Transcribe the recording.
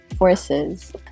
Forces